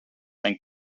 and